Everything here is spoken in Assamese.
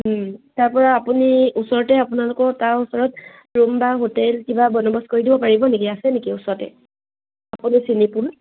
তাৰপৰা আপুনি ওচৰতে আপোনালোকৰ তাৰ ওচৰত ৰুম বা হোটেল কিবা বন্দৱস্ত কৰি দিব পাৰিব নেকি আছে নেকি ওচৰতে আপুনি চিনিপোৱা